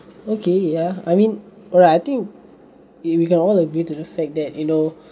okay ya I mean ya I think if we can all agree to the fact that you know